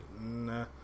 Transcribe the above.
nah